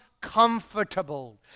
comfortable